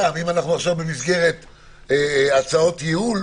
אם אנחנו עכשיו במסגרת הצעות ייעול,